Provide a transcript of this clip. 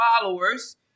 followers